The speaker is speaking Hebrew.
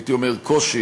הייתי אומר קושי,